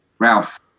Ralph